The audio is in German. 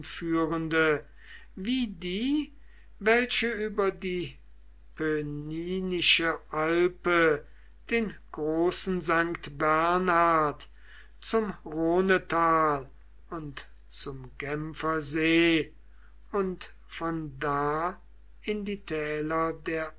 wie die welche über die pöninische alpe den großen st bernhard zum rhonetal und zum genfer see und von da in die täler der